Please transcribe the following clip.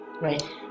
right